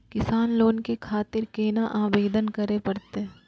किसान लोन के खातिर केना आवेदन करें परतें?